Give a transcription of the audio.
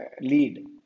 lead